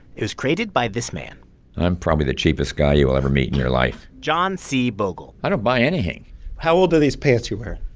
it was created by this man i'm probably the cheapest guy you will ever meet in your life john c. bogle i don't buy anything how old are these pants you're wearing?